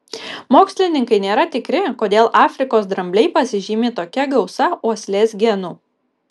mokslininkai nėra tikri kodėl afrikos drambliai pasižymi tokia gausa uoslės genų